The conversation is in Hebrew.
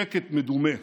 שקט מדומה.